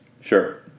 Sure